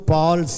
Paul